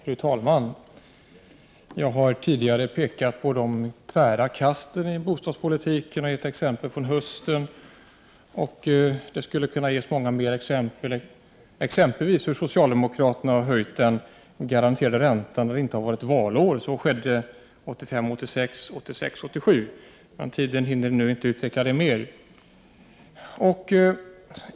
Fru talman! Jag har tidigare pekat på de tvära kasten i bostadspolitiken och gav ett exempel från i höst. Mycket mer skulle kunna nämnas, exempelvis hur socialdemokraterna har höjt den garanterade räntan då det inte har varit valår. Så skedde 1985 87. Tiden medger inte att jag utvecklar detta mer.